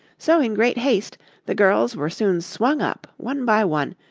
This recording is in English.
so in great haste the girls were soon swung up, one by one,